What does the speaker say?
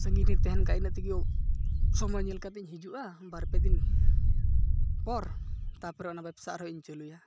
ᱥᱟᱺᱜᱤᱧᱨᱮᱧ ᱛᱟᱦᱮᱱ ᱠᱷᱟᱡ ᱤᱱᱟᱹᱜ ᱛᱮᱜᱮᱧ ᱥᱚᱢᱚᱭ ᱧᱮᱞ ᱠᱟᱛᱮᱫᱤᱧ ᱦᱤᱡᱩᱜᱼᱟ ᱵᱟᱨᱼᱯᱮ ᱫᱤᱱ ᱯᱚᱨ ᱛᱟᱯᱚᱨᱮ ᱚᱱᱟ ᱵᱮᱵᱽᱥᱟ ᱟᱨᱦᱚᱸ ᱤᱧ ᱪᱟᱹᱞᱩᱭᱟ